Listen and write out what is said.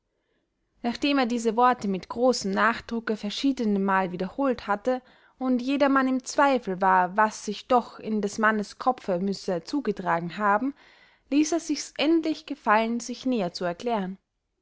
nachdem er diese worte mit grossem nachdrucke verschiedenemal wiederholet hatte und jedermann im zweifel war was sich doch in des mannes kopfe müsse zugetragen haben ließ er sichs endlich gefallen sich näher zu erklären